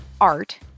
Art